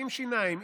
עם שיניים,